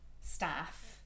staff